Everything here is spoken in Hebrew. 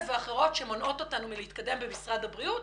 ואחרות שמונעות את ההתקדמות במשרד הבריאות.